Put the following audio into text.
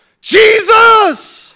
Jesus